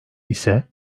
ise